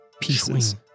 pieces